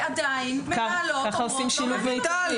ככה עושים שינוי מיטבי.